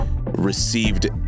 received